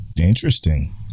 Interesting